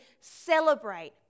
celebrate